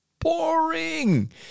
BORING